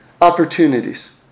opportunities